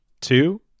two